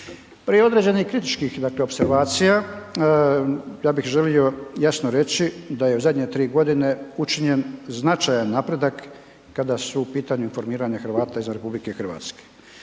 i određenih kritičkih opservacija. Ja bih želio jasno reći da je u zadnje tri godine učinjen značajan napredak kada su u pitanju informiranje Hrvata izvan RH.